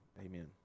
amen